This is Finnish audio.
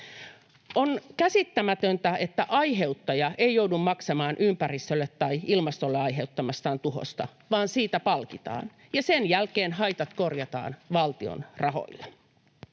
On käsittämätöntä, että aiheuttaja ei joudu maksamaan ympäristölle tai ilmastolle aiheuttamastaan tuhosta, vaan siitä palkitaan, ja sen jälkeen haitat korjataan valtion rahoilla.